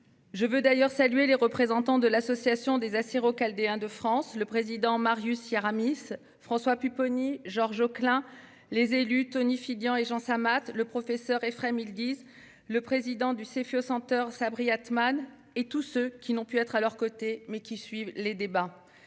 Je veux saluer les représentants de l'association des Assyro-Chaldéens en France, le président Marius Yaramis, François Pupponi, Georges Oclin, les élus Tony Fidan et Jean Samat, le professeur Efrem Yildiz, le président du Seyfo Center, Sabri Atman, et tous ceux qui n'ont pu être à leurs côtés dans nos tribunes, mais